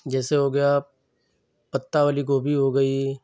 जैसे हो गया पत्ता वाली गोभी हो गई